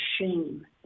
shame